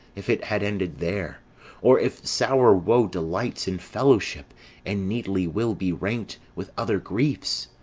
if it had ended there or, if sour woe delights in fellowship and needly will be rank'd with other griefs,